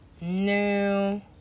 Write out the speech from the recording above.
No